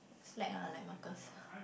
slack ah like Marcus